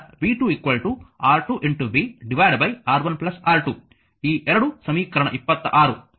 ಆದ್ದರಿಂದ v 2 R2v R1 R2 ಈ ಎರಡೂ ಸಮೀಕರಣ 26